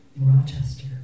Rochester